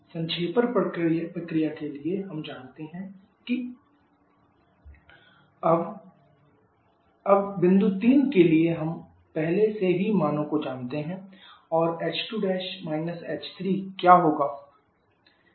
संक्षेपण प्रक्रिया के लिए हम जानते हैं कि QCmh2 h3 or qCh2 h3 अब h2 h3h2 h2h2 h3 अब बिंदु 3 के लिए हम पहले से ही मानो को जानते हैं और h2 h3 क्या होगा